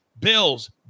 Bills